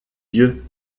yeux